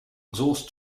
exhaust